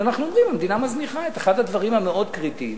אנחנו אומרים: המדינה מזניחה את אחד הדברים המאוד-קריטיים,